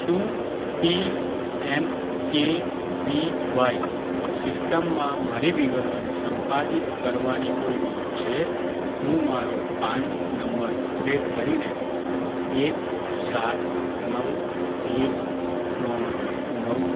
શું P M K V Y સિસ્ટમમાં મારી વિગતોને સંપાદિત કરવાની કોઈ રીત છે હું મારો પાન નંબર અપડેટ કરીને એક સાત નવ એક ત્રણ નવ